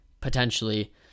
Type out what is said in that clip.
potentially